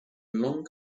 long